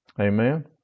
amen